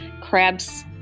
Crabs